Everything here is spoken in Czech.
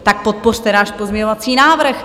Tak podpořte náš pozměňovací návrh!